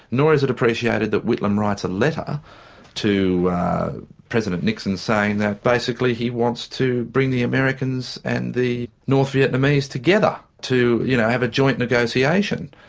nor is it appreciated that whitlam writes a letter to president nixon saying that basically he wants to bring the americans and the north vietnamese together to you know have a joint negotiation.